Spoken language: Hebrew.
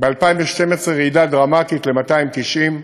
ב-2012 ירידה דרמטית, ל-290,